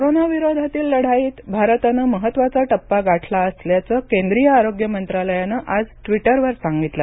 देश corona corona विरोधातील लढाईत भारतानं महत्वाचा टप्पा गाठला असल्याचं केंद्रीय आरोग्य मंत्रालयानं आज ट्विटरवर सांगितलं